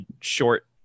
short